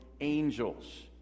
angels